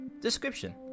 Description